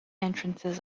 entrances